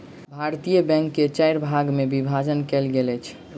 भारतीय बैंक के चाइर भाग मे विभाजन कयल गेल अछि